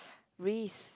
risk